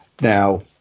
now